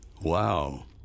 wow